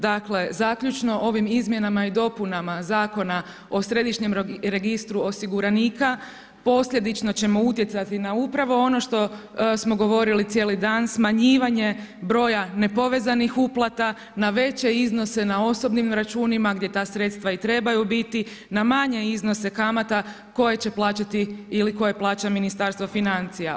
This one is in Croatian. Dakle, zaključno, ovim izmjenama i dopunama Zakona o središnjem registru osiguranika, posljedično ćemo utjecati na upravo ono što smo govorili cijeli dan, smanjivanje broja nepovezanih uplata, na veće iznose, na osobnim računima, gdje ta sredstva i trebaju biti, na manje iznose kamata koje će plaćati ili koje plaća Ministarstvo financija.